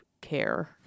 care